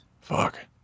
fuck